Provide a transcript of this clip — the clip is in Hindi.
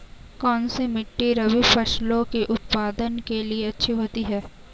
कौनसी मिट्टी रबी फसलों के उत्पादन के लिए अच्छी होती है?